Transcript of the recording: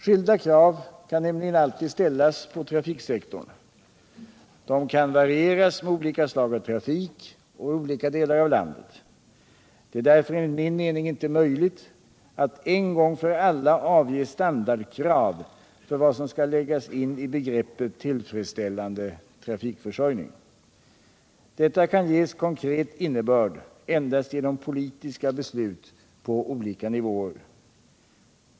Skilda krav kan nämligen alltid ställas på trafiksektorn. De kan variera med olika slag av trafik och i olika delar av landet. Det är därför enligt min mening inte möjligt att en gång för alla ange standardkrav för vad som skall läggas i begreppet tillfredsställande trafikförsörjning. Detta kan ges konkret innebörd endast genom politiska beslut på olika nivåer.